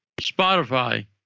Spotify